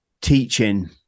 teaching